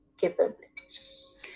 capabilities